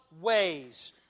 ways